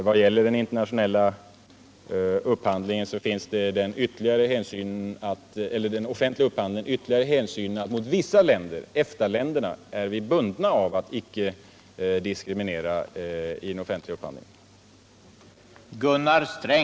Vad gäller den offentliga upphandlingen finns den ytterligare hänsynen att i förhållande till vissa länder — EFTA-länderna — är vi bundna att icke diskriminera i den offentliga upphandlingen.